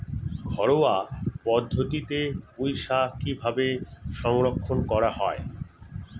ঘরোয়া পদ্ধতিতে পুই শাক কিভাবে সংরক্ষণ করা হয়?